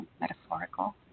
metaphorical